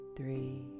three